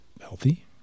healthy